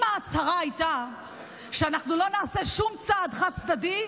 אם ההצהרה הייתה שאנחנו לא נעשה שום צעד חד-צדדי,